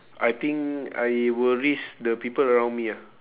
I think I will risk the people around me ah